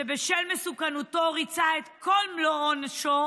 שבשל מסוכנותו ריצה את כל מלוא עונשו